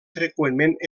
freqüentment